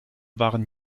waren